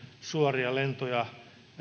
suoria lentoja